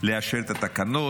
לאשר את התקנות.